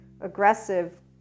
aggressive